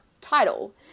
title